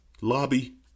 lobby